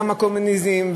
גם הקומוניזם,